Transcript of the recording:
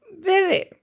Very